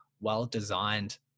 well-designed